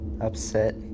upset